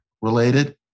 related